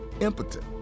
impotent